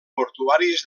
portuàries